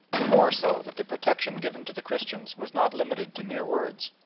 the more so that the protection given to the christians was not limited to mere words,